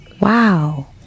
Wow